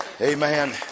Amen